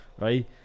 Right